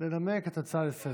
לנמק את ההצעה לסדר-היום.